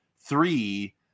three